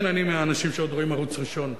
כן, אני מהאנשים שעוד רואים ערוץ ראשון.